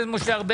המוצרים בארץ.